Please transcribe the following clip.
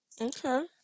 Okay